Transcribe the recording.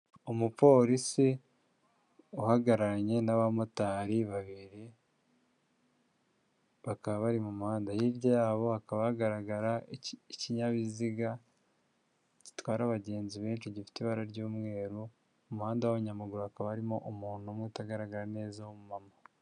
Umupolisi uhagararanye n'abamotari babiri bakaba bari mu muhanda hirya yabo hakaba hagaragara ikinyabiziga gitwara abagenzi benshi gifite ibara ry'umweru umuhanda w'abanyayamaguru hakaba harimo umuntu umwe utagaragara neza w'umumama.